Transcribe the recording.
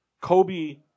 Kobe